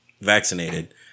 vaccinated